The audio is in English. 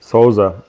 Souza